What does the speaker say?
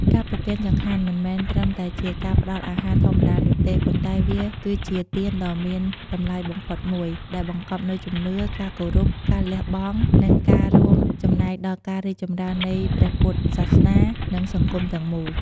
ការប្រគេនចង្ហាន់មិនមែនត្រឹមតែជាការផ្តល់អាហារធម្មតានោះទេ ប៉ុន្តែវាគឺជា ទានដ៏មានតម្លៃបំផុតមួយ ដែលបង្កប់នូវជំនឿ ការគោរព ការលះបង់ និងការរួមចំណែកដល់ការរីកចម្រើននៃព្រះពុទ្ធសាសនា និងសង្គមទាំងមូល។